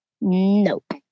Nope